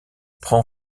prend